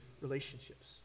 relationships